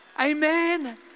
amen